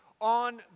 on